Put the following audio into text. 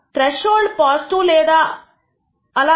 threshold లేదా అలా 1